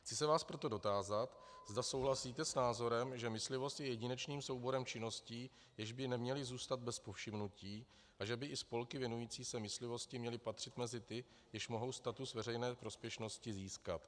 Chci se vás proto dotázat, zda souhlasíte s názorem, že myslivost je jedinečným souborem činností, jež by neměly zůstat bez povšimnutí, a že by i spolky věnující se myslivosti měly patřit mezi ty, jež mohou status veřejné prospěšnosti získat.